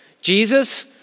Jesus